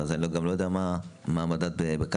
ואני גם לא יודע מהו המדד בקנביס.